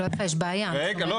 אבל מה